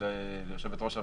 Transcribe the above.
יושבת-ראש הוועדה,